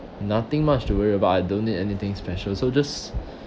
nothing much to worry about I don't need anything special so just